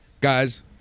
Guys